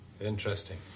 Interesting